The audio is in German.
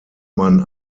man